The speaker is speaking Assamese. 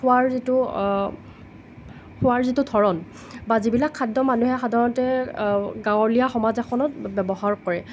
খোৱাৰ যিটো খোৱাৰ যিটো ধৰণ বা যিবিলাক খাদ্য মানুহে সাধাৰণতে গাঁৱলীয়া সমাজ এখনত ব্যৱহাৰ কৰে